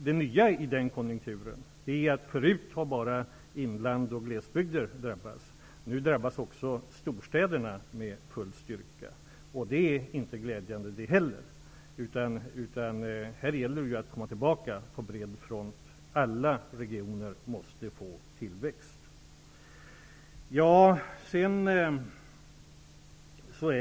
Det nya i den konjunkturen är att förut drabbades bara inland och glesbygder, men nu drabbas även storstäderna med full styrka. Det är inte glädjande det heller. Här gäller det att komma tillbaka på bred front. Alla regioner måste få tillväxt.